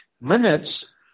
minutes